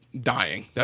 dying